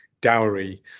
dowry